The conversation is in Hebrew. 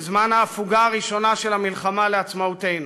בזמן ההפוגה הראשונה של המלחמה לעצמאותנו,